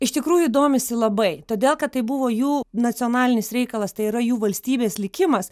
iš tikrųjų domisi labai todėl kad tai buvo jų nacionalinis reikalas tai yra jų valstybės likimas